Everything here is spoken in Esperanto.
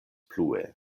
plue